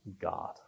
God